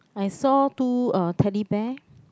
I saw two uh Teddy Bear